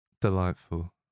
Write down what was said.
delightful